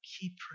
Keep